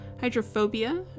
hydrophobia